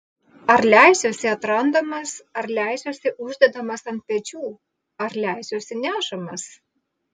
ar leisiuosi atrandamas ar leisiuosi uždedamas ant pečių ar leisiuosi nešamas